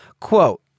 Quote